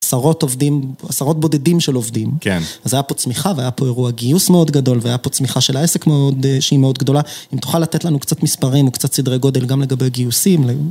עשרות עובדים, עשרות בודדים של עובדים, כן, אז היה פה צמיחה והיה פה אירוע גיוס מאוד גדול והיה פה צמיחה של העסק שהיא מאוד גדולה. אם תוכל לתת לנו קצת מספרים וקצת סדרי גודל גם לגבי גיוסים.